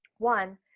One